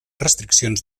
restriccions